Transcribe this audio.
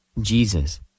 Jesus